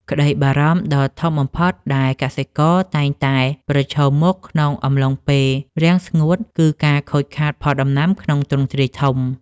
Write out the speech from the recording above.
ក្តីបារម្ភដ៏ធំបំផុតដែលកសិករតែងតែប្រឈមមុខក្នុងអំឡុងពេលរាំងស្ងួត គឺការខូចខាតផលដំណាំក្នុងទ្រង់ទ្រាយធំ។